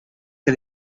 que